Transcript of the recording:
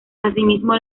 asimismo